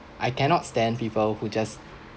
I cannot stand people who just